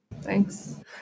Thanks